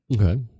Okay